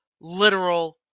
literal